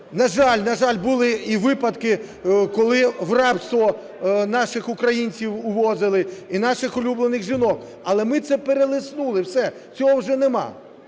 На жаль, були і випадки, коли в рабство наших українців вивозили і наших улюблених жінок. Але ми це перелеснули, все, цього вже немає.